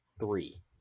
three